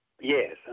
Yes